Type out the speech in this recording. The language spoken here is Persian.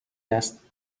است